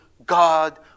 God